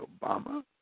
Obama